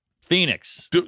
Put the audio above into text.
Phoenix